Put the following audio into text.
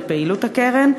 לפעילות הקרן?